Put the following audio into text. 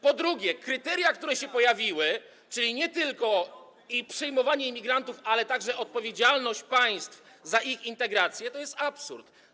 Po drugie, kryteria, które się pojawiły, czyli chodzi nie tylko o przyjmowanie imigrantów, ale także o odpowiedzialność państw za ich integrację, to jest absurd.